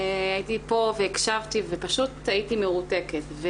הייתי פה והקשבתי ופשוט הייתי מרותקת.